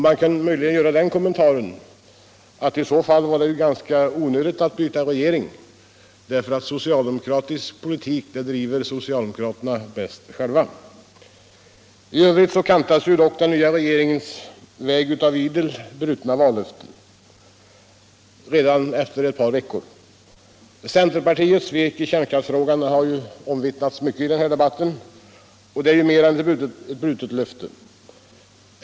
Man kan möjligen göra den kommentaren att det i så fall var ganska onödigt att byta regering, eftersom socialdemokratisk politik bedrivs bäst av socialdemokraterna själva. I övrigt kantas dock den nya regeringens väg av idel brutna vallöften redan efter några veckor. Centerpartiets svek i kärnkraftsfrågan har omvitltnats mycket i denna debatt, och det är ju mer än ett brutet löfte.